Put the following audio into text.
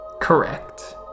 Correct